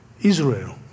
Israel